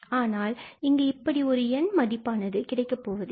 ஆனால் இங்கு இப்படி ஒரு N மதிப்பானது கிடைக்கப்போவது இல்லை